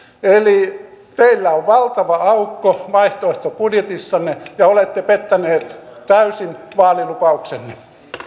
teillä on valtava aukko vaihtoehtobudjetissanne ja olette pettäneet täysin vaalilupauksenne